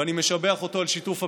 ואני משבח אותו על שיתוף הפעולה,